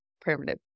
primitive